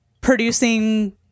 producing